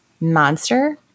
monster